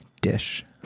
dish